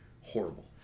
horrible